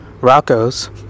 Rocco's